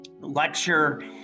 lecture